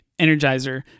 Energizer